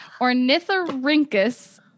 ornithorhynchus